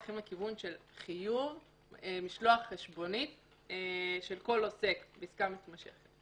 הולכים לכיוון של חיוב כל עוסק לשלוח חשבונית בעסקה מתמשכת.